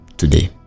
today